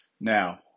Now